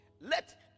Let